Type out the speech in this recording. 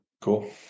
Cool